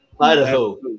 Idaho